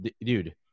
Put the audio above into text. dude